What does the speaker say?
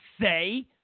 say